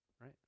right